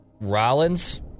Rollins